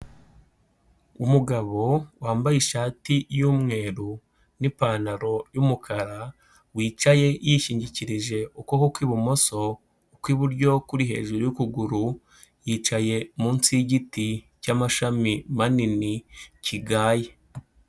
Umugabo wambaye ishati y'umweru n'ipantaro y'umukara, wicaye yishingikirije ukuboko kw'ibumoso, ukw'iburyo kuri hejuru y'ukuguru, yicaye munsi yigiti cy'amashami manini kigaye.